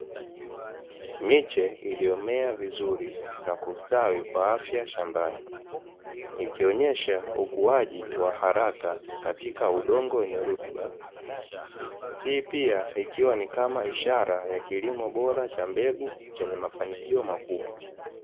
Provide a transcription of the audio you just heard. Miche iliyomea vizuri na kustawi kwa afya shambani, ikionyesha ukuaji wa haraka katika udongo wenye rutuba. Hii pia ikiwa ni kama ishara, ya kilimo bora cha mbegu, chenye mafanikio makubwa.